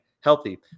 healthy